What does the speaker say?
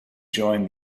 join